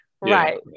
right